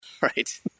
right